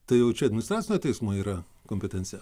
tai jau čia administracinio teismo yra kompetencija